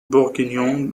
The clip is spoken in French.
bourguignon